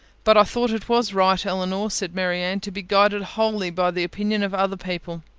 but i thought it was right, elinor, said marianne, to be guided wholly by the opinion of other people.